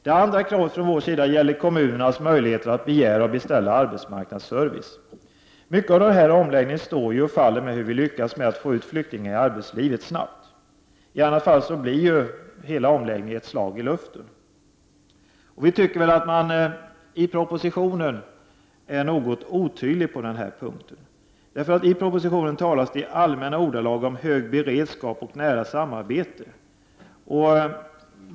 Det andra kravet från vår sida gäller kommunernas möjligheter att begära och beställa arbetsmarknadsservice. Mycket av den här omläggningen står och faller med hur vi lyckas med att snabbt få ut flyktingarna i arbetslivet. I annat fall blir hela omläggningen ett slag i luften. Vi tycker att propositionen är något otydlig på den här punkten. I propositionen talas det i allmänna ordalag om hög beredskap och nära samarbete.